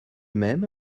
même